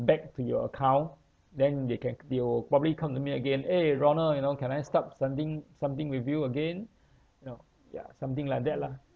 back to your account then they can they will probably come to me again eh ronald you know can I start something something with you again you know ya something like that lah